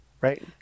right